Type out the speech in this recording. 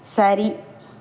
சரி